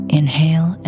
Inhale